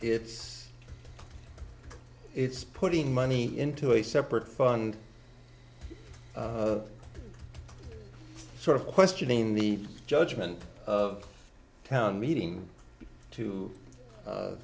it's it's putting money into a separate fund sort of questioning the judgment of town meeting to